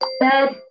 Bed